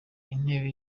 intebe